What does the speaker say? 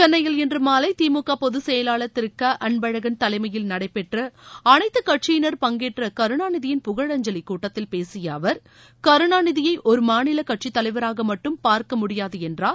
சென்னையில் இன்று மாலை திமுக பொதுச்செயலாளர் திரு க அன்பழகன் தலைமையில் நடைபெற்ற அனைத்துக் கட்சியினர் பங்கேற்ற கருணாநிதியின் புகழஞ்சலி கூட்டத்தில் பேசிய அவர் கருணாநிதியை ஒரு மாநில கட்சித் தலைவராக மட்டும் பார்க்க முடியாது என்றார்